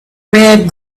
red